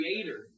creator